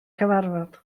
cyfarfod